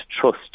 trust